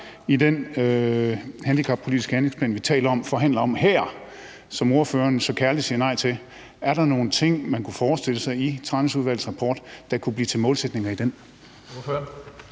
i den handicappolitiske handleplan, vi forhandler her, og som ordføreren så kærligt siger nej til? Er der nogen ting i Tranæsudvalgets rapport, der kunne blive til målsætninger i den?